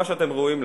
אדוני.